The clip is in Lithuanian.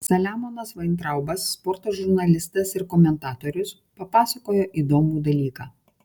saliamonas vaintraubas sporto žurnalistas ir komentatorius papasakojo įdomų dalyką